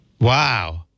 Wow